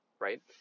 right